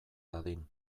dadin